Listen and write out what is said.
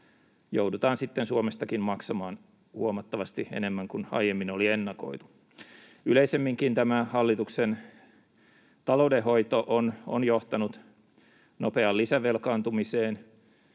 joudutaan sitten Suomestakin maksamaan huomattavasti enemmän kuin aiemmin oli ennakoitu. Yleisemminkin tämä hallituksen taloudenhoito on johtanut nopeaan lisävelkaantumiseen,